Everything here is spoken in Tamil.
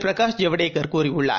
பிரகாஷ் ஜவ்டேகர் கூறியுள்ளார்